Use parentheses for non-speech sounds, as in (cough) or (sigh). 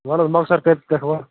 وَلہٕ حظ موخصر کٔہے (unintelligible)